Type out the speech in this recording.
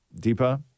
Deepa